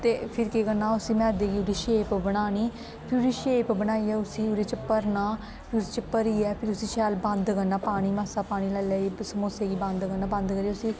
ते फिर केह् करना उस्सी मैदे गी ओह्दी शेप बनानी फिर ओह्दी शेप बनाइयै उस्सी ओह्दे च भरना फिर उस च भरियै फिरी उस्सी शैल बंद करना पानी कन्नै मासा पानी लाई लाई समोसे गी बंद करना बंद करियै उस्सी